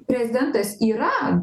prezidentas yra